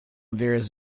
various